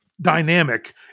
dynamic